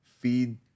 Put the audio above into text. Feed